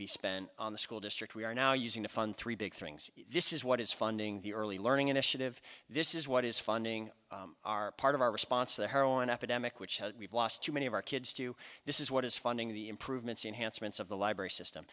be spent on the school district we are now using to fund three big things this is what is funding the early learning initiative this is what is funding our part of our response to the heroin epidemic which we've lost too many of our kids to this is what is funding the improvements enhanced mintz of the library system